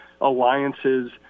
alliances